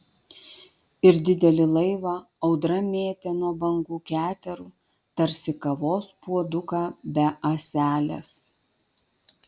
ir didelį laivą audra mėtė nuo bangų keterų tarsi kavos puoduką be ąselės